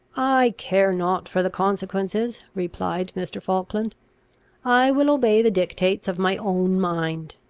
i care not for the consequences, replied mr. falkland i will obey the dictates of my own mind.